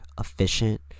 efficient